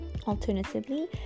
Alternatively